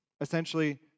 essentially